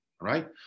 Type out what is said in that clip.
right